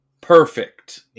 perfect